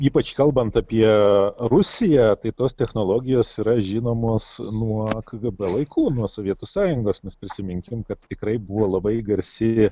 ypač kalbant apie rusiją tai tos technologijos yra žinomos nuo kgb laikų nuo sovietų sąjungos mes prisiminkim kad tikrai buvo labai garsi